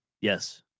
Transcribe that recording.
Yes